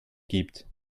gibt